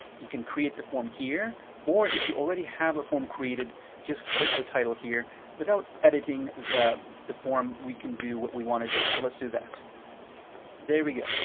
you can create the form here or if you already have a form created just click the title here without editing the form we can do what we want to do so let's do that there we go.